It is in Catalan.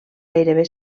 gairebé